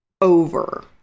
over